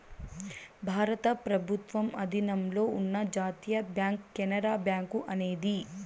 భారత ప్రభుత్వం ఆధీనంలో ఉన్న జాతీయ బ్యాంక్ కెనరా బ్యాంకు అనేది